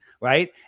right